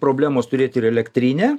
problemos turėt ir elektrinę